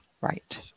Right